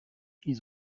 ils